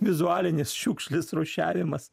vizualinės šiukšlės rūšiavimas